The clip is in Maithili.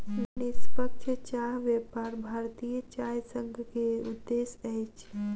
निष्पक्ष चाह व्यापार भारतीय चाय संघ के उद्देश्य अछि